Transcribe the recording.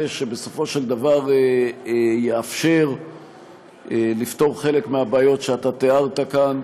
שבסופו של דבר יאפשר לפתור חלק מהבעיות שאתה תיארת כאן,